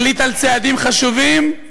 החליט על צעדים חשובים,